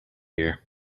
ear